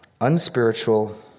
unspiritual